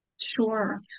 Sure